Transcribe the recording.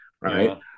right